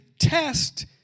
Test